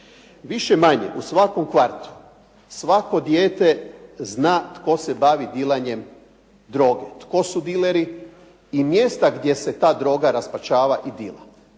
Više-manje u svakom kvartu svako dijete zna tko se bavi dilanjem droge. Tko su dileri i mjesta gdje se ta droga raspačava i dila.